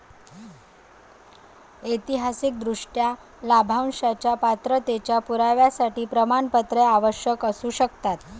ऐतिहासिकदृष्ट्या, लाभांशाच्या पात्रतेच्या पुराव्यासाठी प्रमाणपत्रे आवश्यक असू शकतात